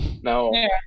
no